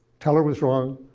teller was wrong.